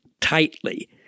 tightly